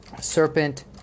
Serpent